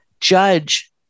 judge